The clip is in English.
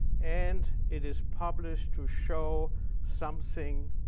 and it is published to show something,